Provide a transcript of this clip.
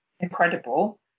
incredible